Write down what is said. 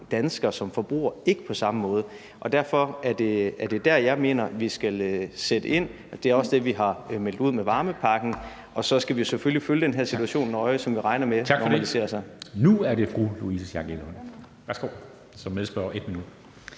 dansker som forbruger ikke på samme måde. Derfor er det der, jeg mener vi skal sætte ind. Og det er også det, vi har meldt ud med varmepakken, og så skal vi selvfølgelig følge den her situation nøje, som vi regner med normaliserer sig. Kl. 13:58 Formanden (Henrik